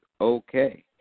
okay